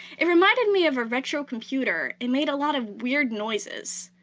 it reminded me of a retro computer. it made a lot of weird noises.